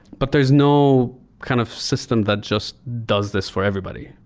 but there is no kind of system that just does this for everybody.